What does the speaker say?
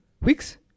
Weeks